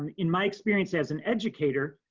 and in my experience as an educator,